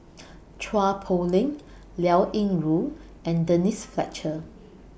Chua Poh Leng Liao Yingru and Denise Fletcher